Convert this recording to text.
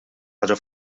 ħaġa